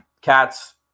cats